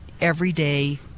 everyday